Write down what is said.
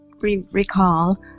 recall